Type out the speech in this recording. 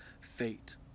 fate